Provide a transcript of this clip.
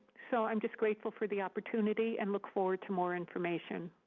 so i'm just grateful for the opportunity and look forward to more information.